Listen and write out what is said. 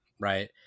right